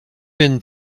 been